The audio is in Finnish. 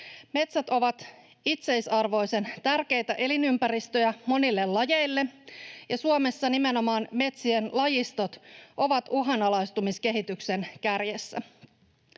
Metsät ovat itseisarvoisen tärkeitä elinympäristöjä monille lajeille, ja Suomessa nimenomaan metsien lajistot ovat uhanalaistumiskehityksen kärjessä.